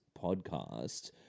podcast